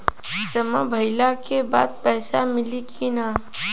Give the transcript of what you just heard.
समय भइला के बाद पैसा मिली कि ना?